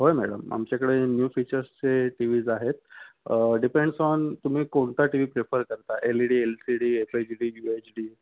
होय मॅडम आमच्याकडे न्यू फीचर्सचे टी व्हीज आहेत डिपेंड्स ऑन तुम्ही कोणता टी व्ही प्रेफर करता LED LCD FHD U H D